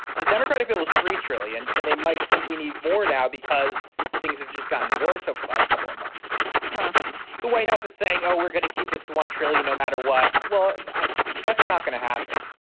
the democratic bill is three trillion and they might think we need more now because things have just gotten worse over the last couple of months. huh the white house is saying, oh, we're gonna keep this one trillion no matter what. well, that's not gonna happen.